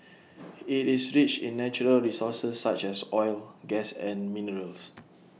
IT is rich in natural resources such as oil gas and minerals